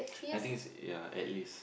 I think it's ya at least